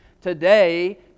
Today